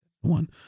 One